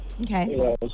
Okay